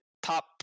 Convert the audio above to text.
top